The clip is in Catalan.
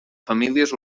famílies